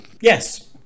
yes